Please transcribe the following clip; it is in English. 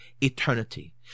eternity